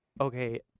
Okay